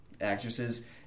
actresses